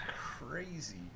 crazy